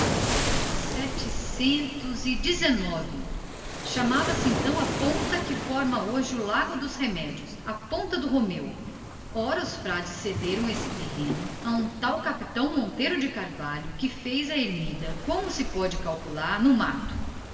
setecentos e dezenove chamava-se então a ponta que forma hoje o largo dos remédios ponta do romeu ora os frades cederam esse terreno a um tal monteiro de carvalho que fez a ermida como se pode calcular no mato